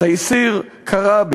תייסיר כראכי